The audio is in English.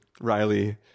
Riley